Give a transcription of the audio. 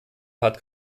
hat